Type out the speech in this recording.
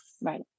Right